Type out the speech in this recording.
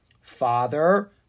Father